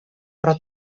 però